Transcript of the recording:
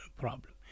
problem